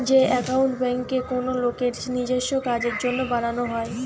যে একাউন্ট বেঙ্কে কোনো লোকের নিজেস্য কাজের জন্য বানানো হয়